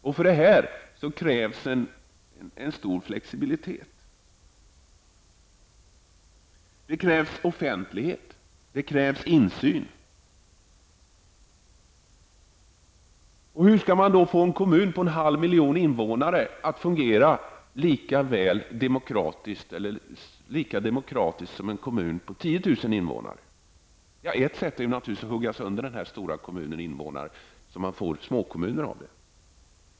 För att detta skall vara möjligt krävs det stor flexibilitet. Vidare krävs det offentlighet och insyn. Men hur skall man få en kommun med en halv miljon invånare att fungera lika demokratiskt som en kommun med 10 000 invånare? Ett sätt är naturligtvis att dela upp en stor kommun på småkommuner.